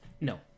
No